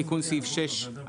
תיקון סעיף 6(א)(ב),